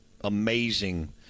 amazing